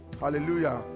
Hallelujah